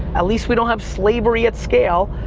at least we don't have slavery at scale,